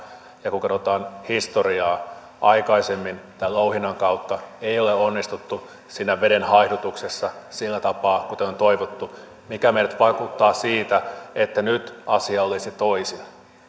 ja kun katsotaan historiaa aikaisemmin tämän louhinnan kautta ei ole onnistuttu siinä veden haihdutuksessa sillä tapaa kuten on toivottu mikä meidät vakuuttaa siitä että nyt asia olisi toisin